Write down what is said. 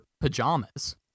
pajamas